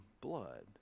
blood